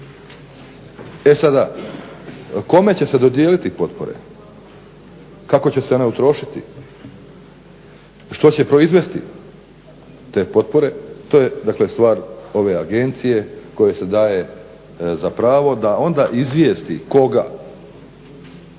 E sada, kome će se dodijeliti potpore, kako će se one utrošiti, što će proizvesti te potpore, to je dakle stvar ove agencije kojoj se daje za pravo da onda izvijesti koga?